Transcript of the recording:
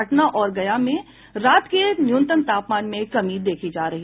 पटना और गया में रात के न्यूनतम तापमान में कमी देखी जा रही